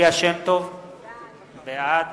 בעד